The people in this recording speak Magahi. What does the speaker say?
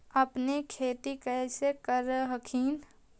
अपने खेती कैसे कर हखिन?